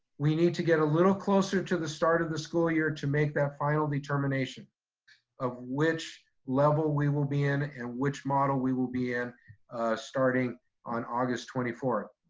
we need to get a little closer to the start of the school year to make that final determination of which level we will be in and which model we will be in starting on august twenty fourth.